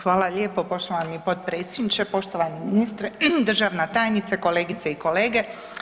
Hvala lijepo, poštovani potpredsjedniče, poštovani ministre, državna tajnice, kolegice i kolege.